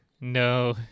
No